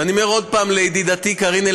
ואני אומר עוד פעם לידידתי קארין,